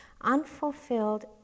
unfulfilled